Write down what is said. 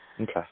Okay